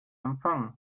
empfangen